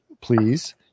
please